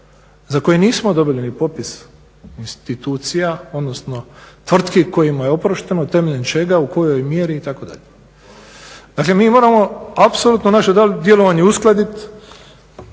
za koje nismo dobili ni popis institucija, odnosno tvrtki kojima je oprošteno, temeljem čega, u kojoj mjeri itd.. Dakle, mi moramo apsolutno naše djelovanje uskladiti